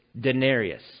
denarius